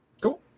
Cool